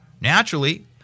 Naturally